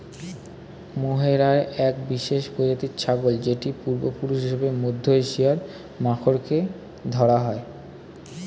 mohair এক বিশেষ প্রজাতির ছাগল যেটির পূর্বপুরুষ হিসেবে মধ্য এশিয়ার মাখরকে ধরা হয়